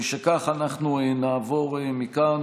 נכון.